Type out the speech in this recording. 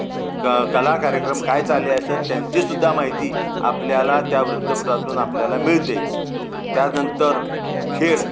क कला कार्यक्रम काय चालले असतात त्यांची सुद्धा माहिती आपल्याला त्या वृत्तपत्रातून आपल्याला मिळते त्यानंतर खेळ